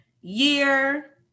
year